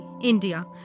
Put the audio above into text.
India